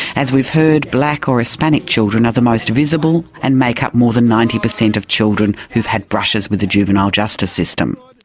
as we've heard, black or hispanic children are the most visible and make up more than ninety percent of children who have had brushes with the juvenile justice system.